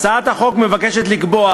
הצעת החוק מבקשת לקבוע